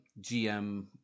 GM